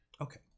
okay